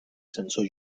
censor